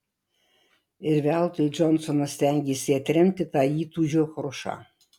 ir veltui džonsonas stengėsi atremti tą įtūžio krušą